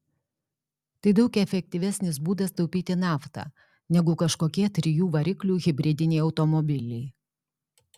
tai daug efektyvesnis būdas taupyti naftą negu kažkokie trijų variklių hibridiniai automobiliai